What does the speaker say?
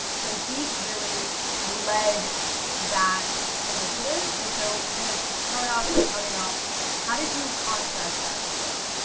so he's really led that initiative. and so we're gonna start off by talking about how did you concept that video?